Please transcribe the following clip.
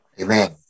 Amen